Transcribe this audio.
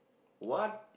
what